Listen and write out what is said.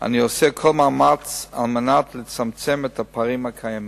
אני עושה כל מאמץ לצמצם את הפערים הקיימים.